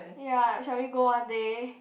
ya shall we go one day